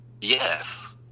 Yes